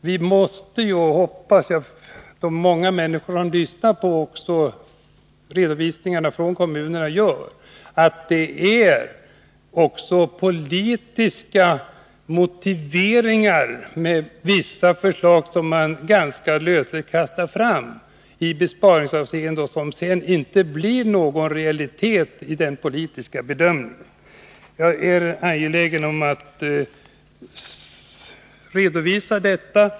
Vi får hoppas att de många människor som tar del av redovisningarna från kommunerna förstår att det rör sig om politiska motiveringar med vissa förslag som man ganska lösligt kastar fram i besparingsavseende men som sedan inte blir någon realitet i den politiska bedömningen. Jag är angelägen om att redovisa det.